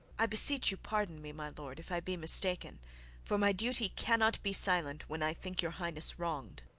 i beseech you pardon me, my lord, if i be mistaken for my duty cannot be silent when i think your highness wronged.